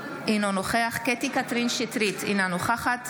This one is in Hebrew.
אינו נוכח קטי קטרין שטרית, אינה נוכחת